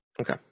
Okay